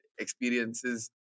Experiences